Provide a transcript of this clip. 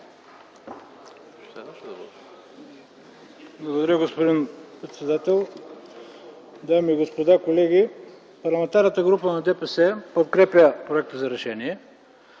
Благодаря, господин председател. Дами и господа, колеги! Парламентарната група на ДПС подкрепя проекта за решение,